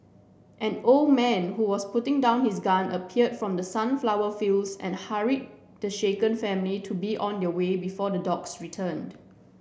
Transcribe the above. an old man who was putting down his gun appeared from the sunflower fields and hurried the shaken family to be on their way before the dogs return